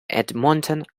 edmonton